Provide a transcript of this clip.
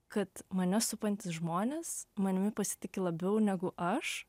kad mane supantys žmonės manimi pasitiki labiau negu aš